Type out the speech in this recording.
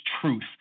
truth